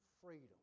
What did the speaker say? freedom